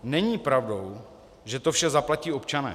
Není pravdou, že to vše zaplatí občané.